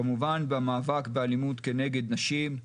כמובן במאבק באלימות נגד נשים,